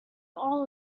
all